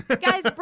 Guys